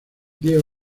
diez